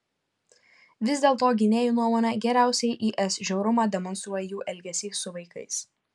vis dėlto gynėjų nuomone geriausiai is žiaurumą demonstruoja jų elgesys su vaikais